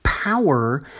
Power